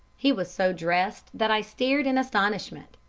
he was so dressed that i stared in astonishment.